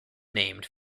named